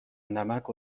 نمک